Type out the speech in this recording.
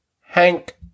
Hank